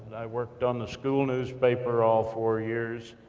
i worked on the school newspaper all four years,